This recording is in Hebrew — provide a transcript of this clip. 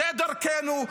זו דרכנו.